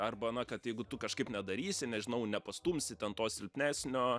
arba na kad jeigu tu kažkaip nedarysi nežinau nepastumsi ten to silpnesnio